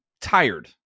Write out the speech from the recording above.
tired